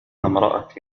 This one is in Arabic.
امرأة